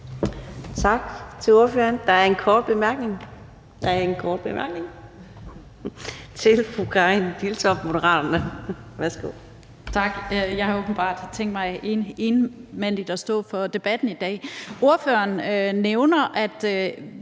Tak til ordføreren. Der er en kort bemærkning til fru Karin Liltorp, Moderaterne. Værsgo.